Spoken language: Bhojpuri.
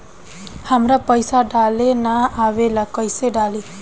हमरा पईसा डाले ना आवेला कइसे डाली?